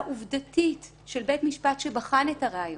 עובדתית של בית משפט שבחן את הראיות,